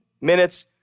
minutes